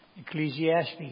Ecclesiastes